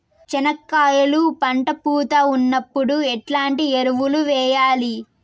చెనక్కాయలు పంట పూత ఉన్నప్పుడు ఎట్లాంటి ఎరువులు వేయలి?